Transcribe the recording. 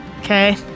Okay